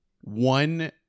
one